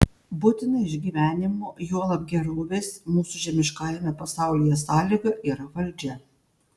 būtina išgyvenimo juolab gerovės mūsų žemiškajame pasaulyje sąlyga yra valdžia